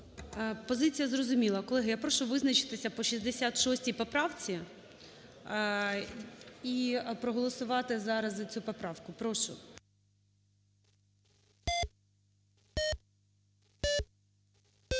Позиція зрозуміла. Колеги, я прошу визначитися по 66 поправці і проголосувати зараз за цю поправку. Прошу.